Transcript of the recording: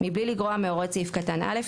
בלי לגרוע מהוראות סעיף קטן (א),